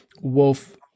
wolf